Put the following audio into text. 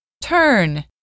turn